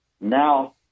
Now